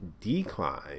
decline